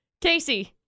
Casey